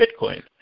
Bitcoin